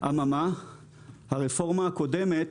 אבל הרפורמה הקודמת